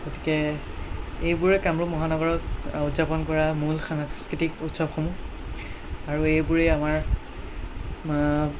গতিকে এইবোৰে কামৰূপ মহানগৰত উদযাপন কৰা মূল সাংস্কৃতিক উৎসৱসমূহ আৰু এইবোৰেই আমাৰ